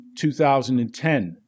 2010